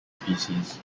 species